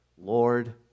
Lord